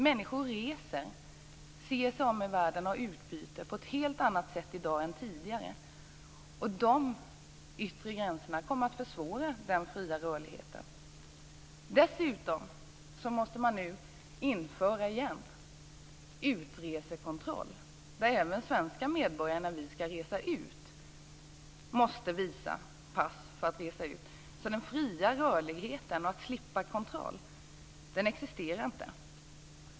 Människor reser, ser sig om i världen och har utbyte på ett helt annat sätt i dag än tidigare. De yttre gränserna kommer att försvåra den fria rörligheten. Dessutom måste man nu återigen införa utresekontroll. Även svenska medborgare måste visa pass när de skall resa ut. Den fria rörligheten och avsaknaden av kontroll existerar inte.